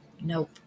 nope